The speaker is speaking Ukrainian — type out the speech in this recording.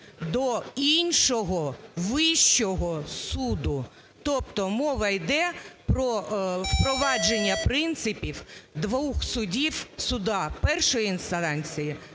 до іншого вищого суду. Тобто мова йде про впровадження принципів двох судів в судах першої інстанції